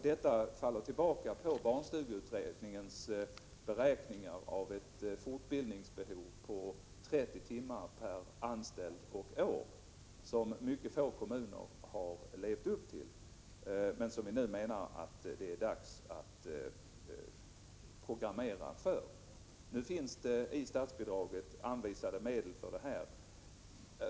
Detta faller tillbaka på barnstugeutredningens beräkningar av ett fortbildningsbehov på 30 timmar per anställd och år, som mycket få kommuner har levt upp till men som vi nu menar att det är dags att programmera för. Det finns i statsbidraget anvisade medel för detta.